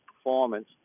performance